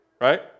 right